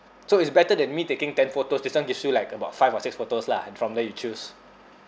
so it's better than me taking ten photos this [one] gives you like about five or six photos lah and from there you choose